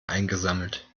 eingesammelt